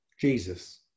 Jesus